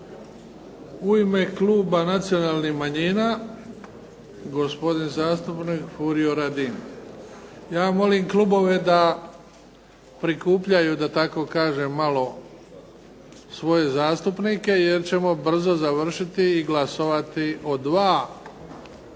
U ime Kluba nacionalnih manjina gospodin zastupnik Furio Radin. Ja molim klubove da prikupljaju da tako kažem malo svoje zastupnike jer ćemo brzo završiti i glasovati o dva važna